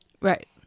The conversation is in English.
Right